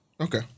Okay